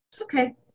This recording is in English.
Okay